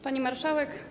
Pani Marszałek!